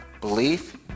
belief